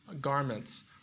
garments